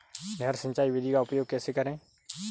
नहर सिंचाई विधि का उपयोग कैसे करें?